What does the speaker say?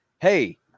Hey